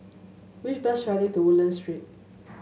which bus should I take to Woodlands Street